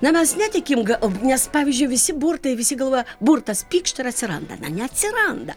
na mes netikim gal nes pavyzdžiui visi burtai visi galva burtas pykšt ir atsiranda na neatsiranda